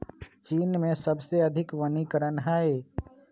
चीन में सबसे अधिक वनीकरण हई